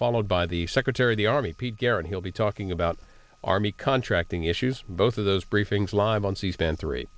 followed by the secretary of the army pete garrett he'll be talking about army contracting issues both of those briefings live on c span three